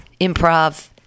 improv